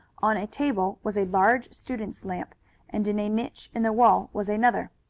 on a table was a large student's lamp and in a niche in the wall was another.